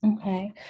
Okay